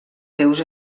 seus